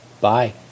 Bye